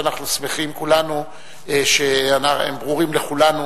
ואנחנו שמחים כולנו שהן ברורות לכולנו.